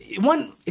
One